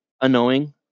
annoying